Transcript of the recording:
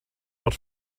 not